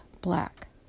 Black